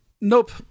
nope